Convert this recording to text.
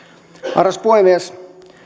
arvoisa puhemies